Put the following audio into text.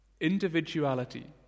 individuality